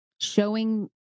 showing